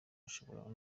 ashobora